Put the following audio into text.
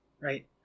right